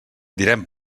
direm